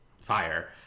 fire